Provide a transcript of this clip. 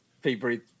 favorite